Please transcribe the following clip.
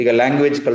language